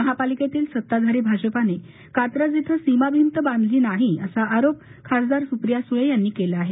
महापालिकेतील सत्ताधारी भाजपने कात्रज इथ सीमाभिंत बांधली नाही असा आरोप खासदार सुप्रिया सुळे यांनी केला आहे